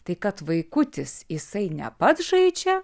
tai kad vaikutis jisai ne pats žaidžia